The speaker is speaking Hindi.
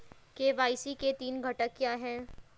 के.वाई.सी के तीन घटक क्या हैं?